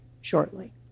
shortly